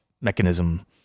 mechanism